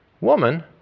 Woman